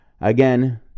Again